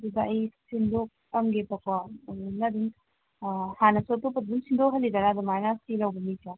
ꯑꯗꯨꯗ ꯑꯩ ꯁꯤꯟꯗꯣꯛꯑꯝꯒꯦꯕꯀꯣ ꯃꯦꯝꯅ ꯑꯗꯨꯝ ꯍꯥꯟꯅꯁꯨ ꯑꯇꯣꯞꯄꯗ ꯑꯗꯨꯝ ꯁꯤꯟꯗꯣꯛꯍꯜꯂꯤꯗꯅ ꯑꯗꯨꯃꯥꯏꯅ ꯁꯨꯇꯤ ꯂꯧꯕ ꯃꯤꯁꯦ